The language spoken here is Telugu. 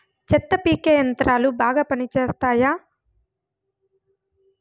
చెత్త పీకే యంత్రాలు బాగా పనిచేస్తాయా?